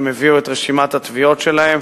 הם הביאו את רשימת התביעות שלהם,